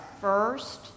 first